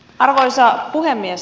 arvoisa puhemies